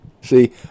See